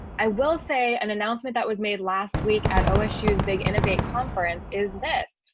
i will say an announcement that was made last week at osu is big innovate conference is this,